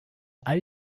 all